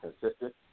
consistent